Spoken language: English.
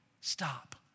stop